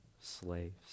slaves